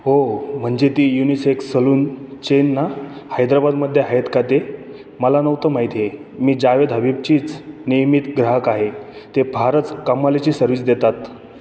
हो म्हणजे ती युनिसेक्स सलून चेन ना हैद्राबादमध्ये आहेत का ते मला नव्हतं माहीत हे मी जावेद हबीबचीच नियमित ग्राहक आहे ते फारच कमालीची सर्विस देतात